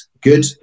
good